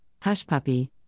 Hushpuppy